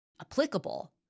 applicable